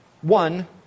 one